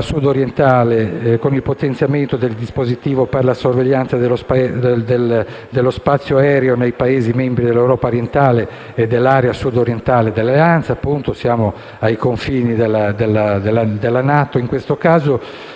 sudorientale con il potenziamento del dispositivo per la sorveglianza dello spazio aereo dei Paesi membri dell'Europa orientale e dell'area sudorientale dell'Alleanza, e quindi ai confini dell'area NATO. In questo caso